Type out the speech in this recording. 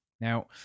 Now